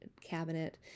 cabinet